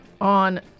On